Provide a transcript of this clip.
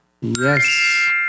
Yes